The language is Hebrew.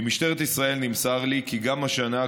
ממשטרת ישראל נמסר לי כי גם השנה,